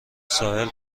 ساحل